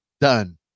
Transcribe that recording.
Done